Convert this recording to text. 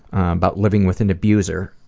about living with an abuser,